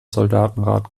soldatenrat